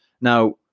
Now